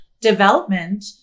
development